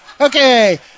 Okay